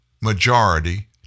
majority